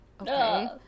okay